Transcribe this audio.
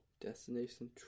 Destination